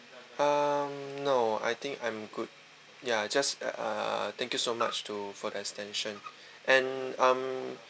um no I think I'm good ya just uh thank you so much to for the extension and um